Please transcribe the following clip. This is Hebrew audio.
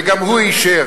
וגם הוא אישר